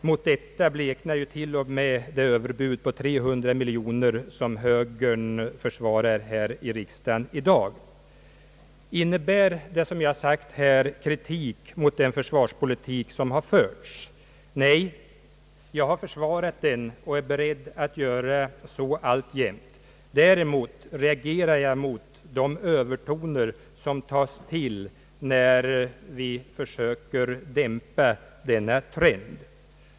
Mot detta förbleknar t.o.m. det överbud på 300 miljoner kronor, som högern i dag försvarar här i riksdagen. Innebär det som jag nu framhållit en kritik mot den förda försvarspolitiken? Nej, jag har försvarat denna och är alltjämt beredd att göra det. Däremot reagerar jag mot de brösttoner som man tar till när vi försöker dämpa denna trend.